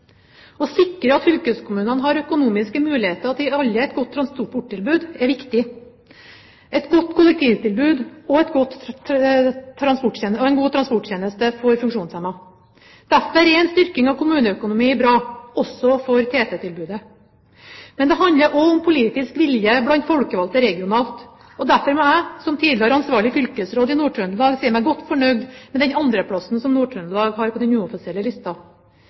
Å sikre at fylkeskommunene har økonomiske muligheter til å gi alle et godt transporttilbud, er viktig – et godt kollektivtilbud og en god transporttjeneste for funksjonshemmede. Derfor er en styrking av kommuneøkonomien bra også for TT-tilbudet. Men det handler også om politisk vilje blant folkevalgte regionalt. Derfor må jeg, som tidligere ansvarlig fylkesråd i Nord-Trøndelag, si meg godt fornøyd med den andreplassen som Nord-Trøndelag har på den uoffisielle